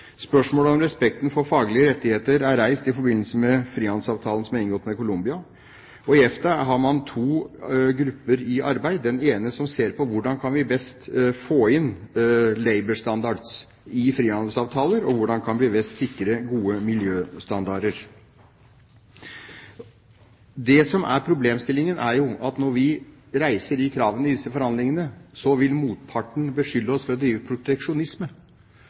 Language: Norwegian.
Spørsmålet om respekten for faglige rettigheter er reist i forbindelse med frihandelsavtalen som er inngått med Colombia. I EFTA har man to grupper i arbeid – en som ser på hvordan kan vi best får inn «Labour Standards» i frihandelsavtaler, og en som ser på hvordan vi kan sikre gode miljøstandarder. Det som er problemstillingen, er at når vi reiser krav i disse forhandlingene, så vil motparten beskylde oss for å drive proteksjonisme,